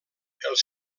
els